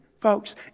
Folks